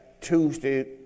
Tuesday